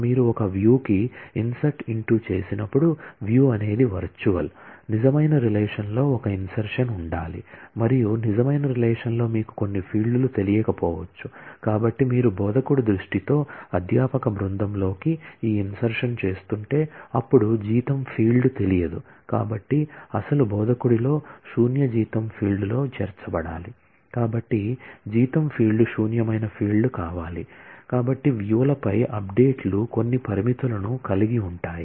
మీరు ఒక వ్యూ చేసినప్పుడు వ్యూ లపై అప్డేట్ లు కొన్ని పరిమితులను కలిగి ఉంటాయి